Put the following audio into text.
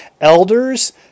Elders